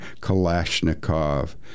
Kalashnikov